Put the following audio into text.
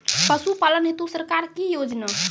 पशुपालन हेतु सरकार की योजना?